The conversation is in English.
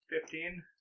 fifteen